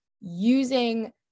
using